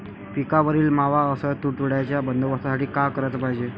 पिकावरील मावा अस तुडतुड्याइच्या बंदोबस्तासाठी का कराच पायजे?